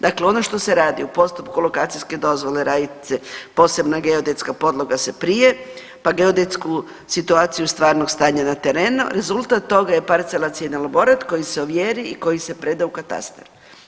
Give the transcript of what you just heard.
Dakle, ono što se radi u postupku lokacijske dozvole radi se posebna geodetska podloga se prije, pa geodetsku situaciju stvarnog stanja terenu, rezultat toga je parcelacioni elaborat koji se ovjeri i koji se preda u katastar.